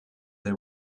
they